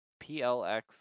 plx